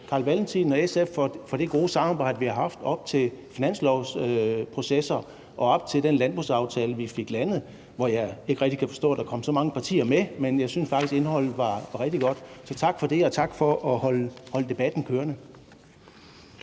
Carl Valentin og SF for det gode samarbejde, vi har haft op til finanslovsprocesser og op til den landbrugsaftale, vi fik landet, hvor jeg ikke rigtig kan forstå der kom så mange partier med, men jeg synes faktisk, at indholdet var rigtig godt. Så tak for det, og tak for at holde debatten kørende.